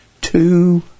two